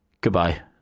goodbye